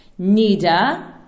Nida